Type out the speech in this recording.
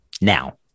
Now